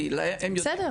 כי הם יודעים,